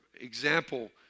example